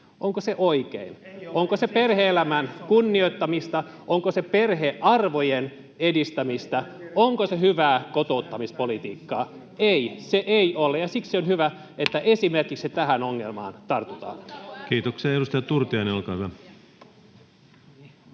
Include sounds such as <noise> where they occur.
ei sovelleta!] Onko se perhe-elämän kunnioittamista? Onko se perhearvojen edistämistä? Onko se hyvää kotouttamispolitiikkaa? Ei, se ei ole, ja siksi on hyvä, <noise> että esimerkiksi tähän ongelmaan tartutaan. [Riikka Purra: Vastustaako